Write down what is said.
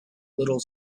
little